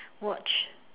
watch